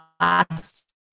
last